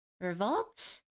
Revolt